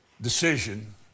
decision